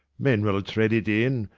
men will tread it in,